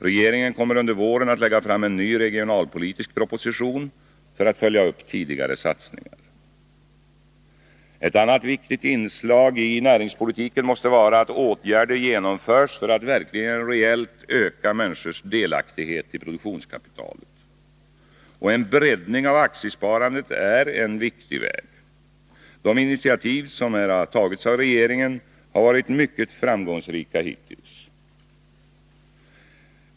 Regeringen kommer under våren att lägga fram en ny regionalpolitisk proposition, för att följa upp tidigare satsningar. Ett annat viktigt inslag i näringspolitiken måste vara att åtgärder genomförs för att verkligen reellt öka människors delaktighet i produktionskapitalet. En breddning av aktiesparandet är en viktig väg. De initiativ som här tagits av regeringen har hittills varit mycket framgångsrika.